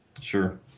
Sure